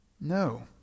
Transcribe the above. No